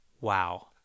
wow